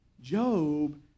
Job